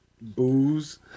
booze